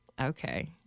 okay